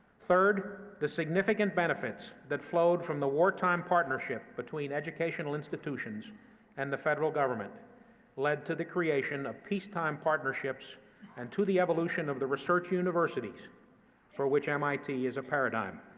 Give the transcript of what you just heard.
third, the significant benefits that flowed from the wartime partnership between educational institutions and the federal government led to the creation of peacetime partnerships and to the evolution of the research universities for which mit is a paradigm.